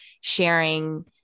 sharing